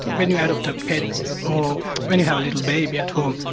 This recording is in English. when you adopt a pet or when you have a little baby at home,